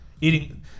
Eating